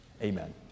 amen